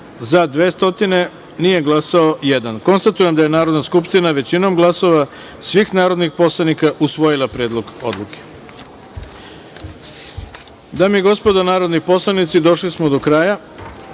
narodni poslanik. Konstatujem da je Narodna skupština većinom glasova svih narodnih poslanika usvojila Predlog odluke. Dame i gospodo, narodni poslanici, došli smo do kraja. Pošto